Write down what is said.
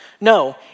No